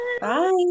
Bye